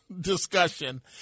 discussion